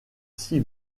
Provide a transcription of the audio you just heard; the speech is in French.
six